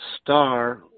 star